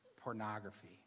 pornography